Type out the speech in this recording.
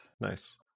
nice